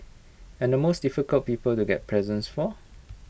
and the most difficult people to get presents for